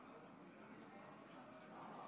בעד,